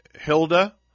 Hilda